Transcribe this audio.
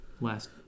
last